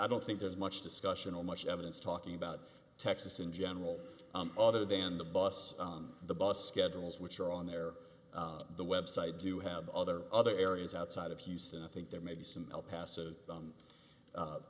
don't think there's much discussion or much evidence talking about texas in general other than the bus the bus schedules which are on there the website do have other other areas outside of houston i think there may be some help pas